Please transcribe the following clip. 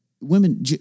women